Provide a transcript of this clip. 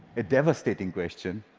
a devastating question,